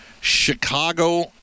Chicago